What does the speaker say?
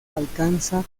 alcanza